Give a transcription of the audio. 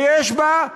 ויש בה,